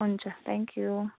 हुन्छ thank you